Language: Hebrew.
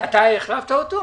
אותי כבר